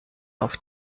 auf